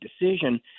decision